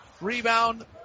Rebound